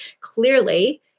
clearly